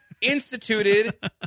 instituted